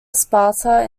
sparta